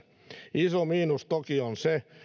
iso miinus toki on se